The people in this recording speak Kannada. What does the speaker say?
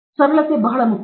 ಆದ್ದರಿಂದ ಸರಳತೆ ಬಹಳ ಮುಖ್ಯ